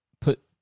Put